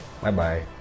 Bye-bye